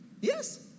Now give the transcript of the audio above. Yes